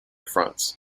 fronts